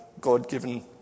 God-given